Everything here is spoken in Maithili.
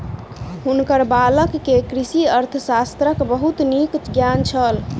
हुनकर बालक के कृषि अर्थशास्त्रक बहुत नीक ज्ञान छल